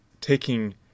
Taking